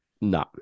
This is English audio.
No